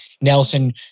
Nelson